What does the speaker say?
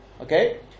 Okay